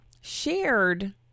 shared